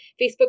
Facebook